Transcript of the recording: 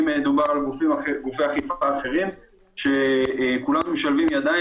אם מדובר על גופי אכיפה אחרים שכולם משלבים ידיים